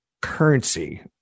Currency